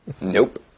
Nope